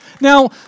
Now